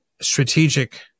strategic